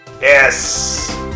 yes